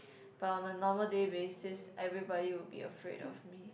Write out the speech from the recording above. but on a normal day basis everybody would be afraid of me